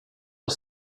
att